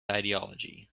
ideology